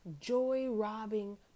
joy-robbing